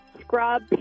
scrub